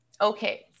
Okay